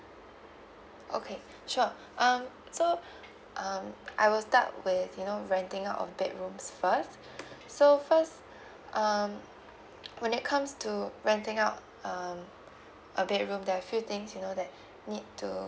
okay sure um so um I will start with you know renting out of bedrooms first so first um when it comes to renting out um a bedroom there are few things you know that need to